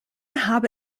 habe